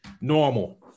normal